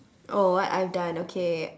oh what I have done okay